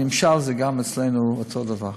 הנמשל, זה גם אצלנו, אותו הדבר.